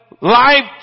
life